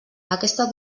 aquesta